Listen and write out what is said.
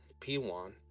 P1